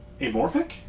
Amorphic